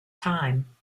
time